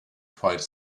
quite